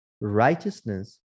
righteousness